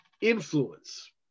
influence